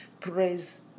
praise